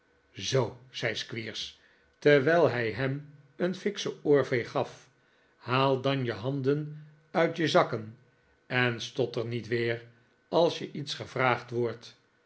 zoo zei squeers terwijl hij hem een fikschen oorveeg gaf haal dan je handen uit je zakken en stotter niet weer als je iets gevraagd wordt